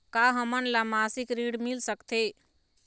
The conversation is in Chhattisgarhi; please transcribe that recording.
का हमन ला मासिक ऋण मिल सकथे?